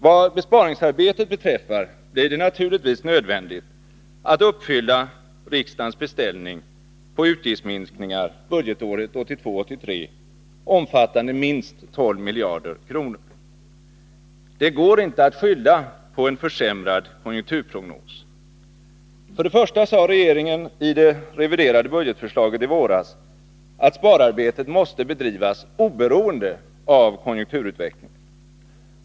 Vad besparingsarbetet beträffar blir det naturligtvis nödvändigt att uppfylla riksdagens beställning på utgiftsminskningar budgetåret 1982/83, omfattande minst 12 miljarder kronor. Det går inte att skylla på en försämrad konjunkturprognos. För det första sade regeringen i det reviderade budgetförslaget i våras att spararbetet måste bedrivas oberoende av konjunkturutvecklingen.